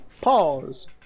Pause